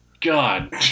God